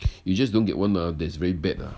you just don't get one ah that's very bad lah